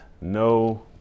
no